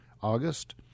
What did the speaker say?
August